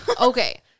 Okay